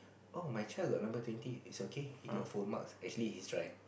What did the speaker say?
oh my child got number twenty it's okay he got full marks actually he is right